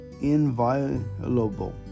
inviolable